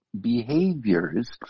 behaviors